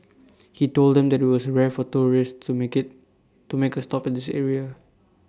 he told them that IT was rare for tourists to make IT to make A stop at this area